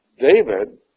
David